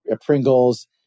Pringles